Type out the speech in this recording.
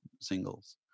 singles